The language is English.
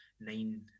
nine